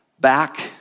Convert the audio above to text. Back